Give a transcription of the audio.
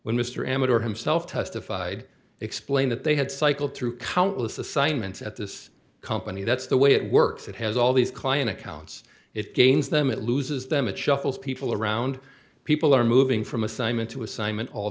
when mr amador himself testified explain that they had cycled through countless assignments at this company that's the way it works it has all these client accounts it gains them it loses them it shuffles people around people are moving from assignment to assignment all